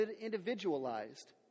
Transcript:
individualized